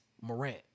Morant